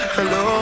Hello